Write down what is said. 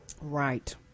Right